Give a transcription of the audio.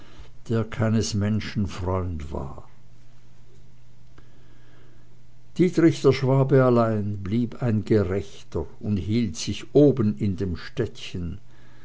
der keines menschen freund war dietrich der schwabe allein blieb ein gerechter und hielt sich oben in dem städtchen